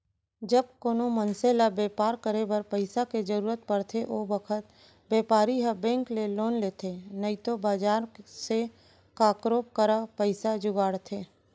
जब कोनों मनसे ल बैपार करे बर पइसा के जरूरत परथे ओ बखत बैपारी ह बेंक ले लोन लेथे नइतो बजार से काकरो करा पइसा जुगाड़थे